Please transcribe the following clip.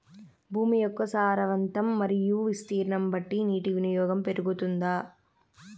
భూమి యొక్క సారవంతం మరియు విస్తీర్ణం బట్టి నీటి వినియోగం పెరుగుతుందా?